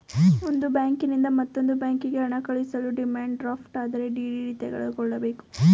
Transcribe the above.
ಒಂದು ಬ್ಯಾಂಕಿನಿಂದ ಮತ್ತೊಂದು ಬ್ಯಾಂಕಿಗೆ ಹಣ ಕಳಿಸಲು ಡಿಮ್ಯಾಂಡ್ ಡ್ರಾಫ್ಟ್ ಅಂದರೆ ಡಿ.ಡಿ ತೆಗೆದುಕೊಳ್ಳಬೇಕು